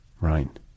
Right